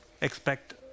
expect